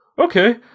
Okay